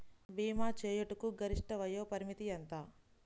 భీమా చేయుటకు గరిష్ట వయోపరిమితి ఎంత?